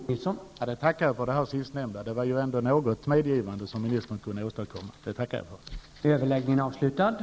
Herr talman! Jag tackar för det sistnämnda. Ministern kunde ändå åstadkomma något medgivande.